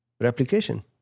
replication